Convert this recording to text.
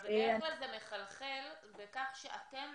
אבל בדרך כלל זה מחלחל בכך שאתם,